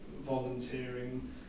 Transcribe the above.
volunteering